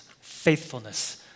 faithfulness